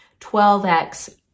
12x